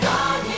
God